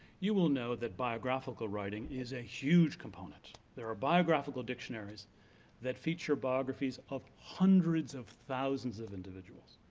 you will know that biographical writing is a huge component. there are biographical dictionaries that feature biographies of hundreds of thousands of individuals.